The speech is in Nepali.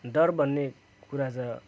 डर भन्ने कुरा चाहिँ